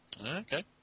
Okay